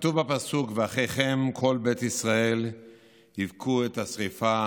בפסוק :"ואחיכם כל בית ישראל יבכו את השרפה